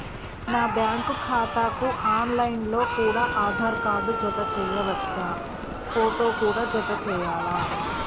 నా బ్యాంకు ఖాతాకు online లో కూడా ఆధార్ కార్డు జత చేయవచ్చా ఫోటో కూడా జత చేయాలా?